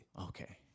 Okay